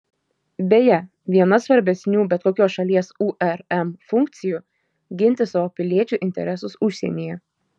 beje viena svarbesnių bet kokios šalies urm funkcijų ginti savo piliečių interesus užsienyje